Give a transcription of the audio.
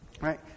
right